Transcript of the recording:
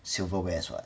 silverwares [what]